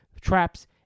Traps